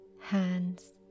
hands